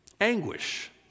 Anguish